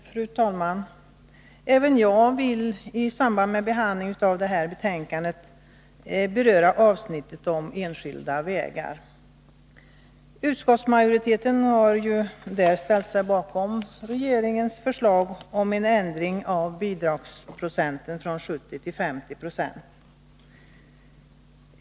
Fru talman! Även jag vill i samband med behandlingen av detta betänkande beröra avsnittet om enskilda vägar. Utskottsmajoriteten "ar där ställt sig bakom regeringens förslag om en ändring av bidragsprocenten från 70 till 50 26.